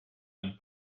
ein